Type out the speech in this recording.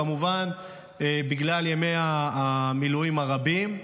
כמובן בגלל ימי המילואים הרבים,